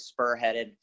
spurheaded